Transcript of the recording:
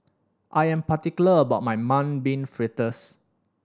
I am particular about my Mung Bean Fritters